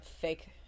fake